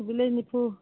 ꯀꯣꯕꯤ ꯂꯩ ꯅꯤꯐꯨ